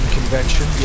convention